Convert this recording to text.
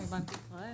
בנק ישראל